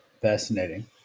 Fascinating